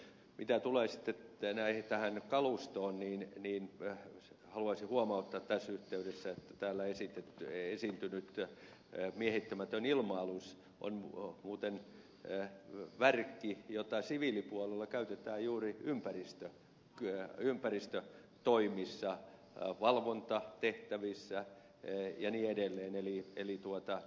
mitä tulee sitten tähän kalustoon niin haluaisin huomauttaa tässä yhteydessä että täällä esiintynyt miehittämätön ilma alus on muuten värkki jota siviilipuolella käytetään juuri ympäristötoimissa valvontatehtävissä ja niin edelleen